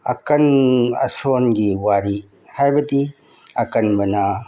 ꯑꯀꯟ ꯑꯁꯣꯟꯒꯤ ꯋꯥꯔꯤ ꯍꯥꯏꯕꯗꯤ ꯑꯀꯟꯕꯅ